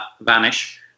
vanish